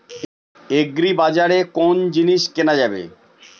আগ্রিবাজারে কোন জিনিস কেনা যাবে?